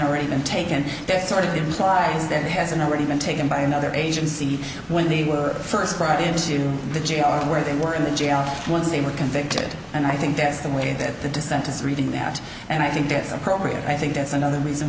already been taken that sort of implies that it hasn't already been taken by another agency when they were first brought into the jail or where they were in the jail once they were convicted and i think that's the way that the dissent is reading that and i think that's appropriate i think that's another reason